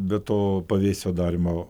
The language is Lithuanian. be to pavėsio darymo